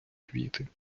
квіти